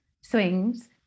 swings